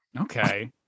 Okay